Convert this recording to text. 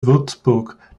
würzburg